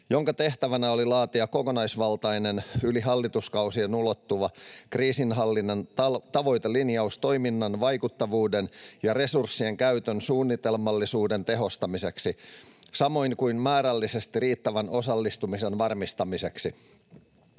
jonka tehtävänä oli laatia kokonaisvaltainen, yli hallituskausien ulottuva kriisinhallinnan tavoitelinjaus toiminnan vaikuttavuuden ja resurssien käytön suunnitelmallisuuden tehostamiseksi, samoin kuin määrällisesti riittävän osallistumisen varmistamiseksi.